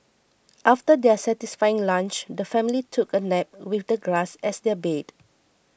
after their satisfying lunch the family took a nap with the grass as their bed